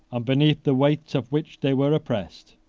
and beneath the weight of which they were oppressed.